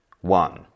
one